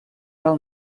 alt